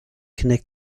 connect